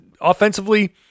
offensively